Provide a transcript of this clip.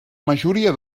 majoria